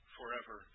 Forever